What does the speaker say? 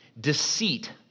Deceit